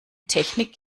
technik